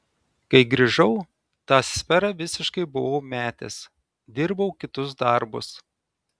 kai grįžau tą sferą visiškai buvau metęs dirbau kitus darbus